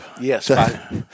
Yes